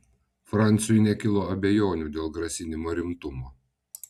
franciui nekilo abejonių dėl grasinimo rimtumo